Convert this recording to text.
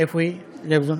איפה היא, לייבזון?